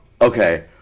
Okay